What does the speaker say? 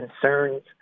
concerns